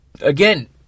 again